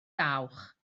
dawch